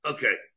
Okay